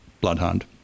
Bloodhound